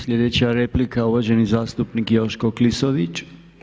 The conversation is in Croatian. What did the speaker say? Sljedeća replika je uvaženi zastupnik Joško Klisović.